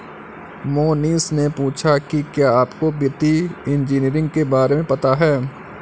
मोहनीश ने पूछा कि क्या आपको वित्तीय इंजीनियरिंग के बारे में पता है?